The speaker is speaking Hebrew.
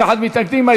59 בעד, 61 מתנגדים.